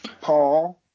Paul